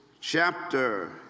chapter